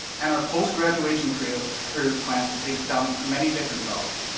and our post-graduation career career plans will take us down many different roads.